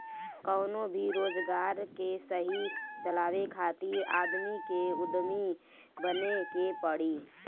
कवनो भी रोजगार के सही चलावे खातिर आदमी के उद्यमी बने के पड़ी